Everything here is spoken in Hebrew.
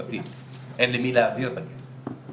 אין למי להעביר את הכסף.